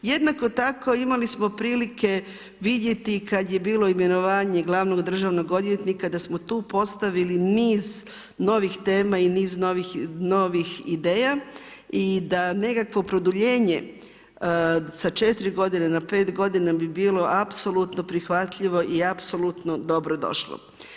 Jednako tako imali smo prilike vidjeti kada je bilo imenovanje glavnog državnog odvjetnika da smo tu postavili niz novih tema i niz novih ideja i da nekakvo produljenje sa četiri godine na pet godina bi bilo apsolutno prihvatljivo i apsolutno dobrodošlo.